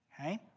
Okay